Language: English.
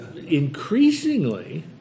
increasingly